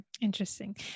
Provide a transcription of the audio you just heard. Interesting